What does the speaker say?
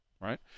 right